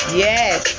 yes